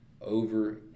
over